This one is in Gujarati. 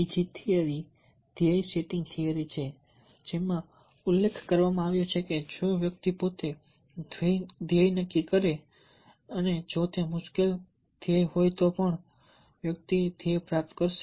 બીજી થિયરી એ ધ્યેય સેટિંગ થિયરી છે જેમાં ઉલ્લેખ કરવામાં આવ્યો છે કે જો વ્યક્તિ પોતે ધ્યેય નક્કી કરે અને જો તે મુશ્કેલ ધ્યેય હોય તો પણ વ્યક્તિ ધ્યેય પ્રાપ્ત કરશે